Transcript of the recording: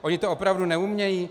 Oni to opravdu neumějí?